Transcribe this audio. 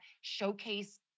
showcase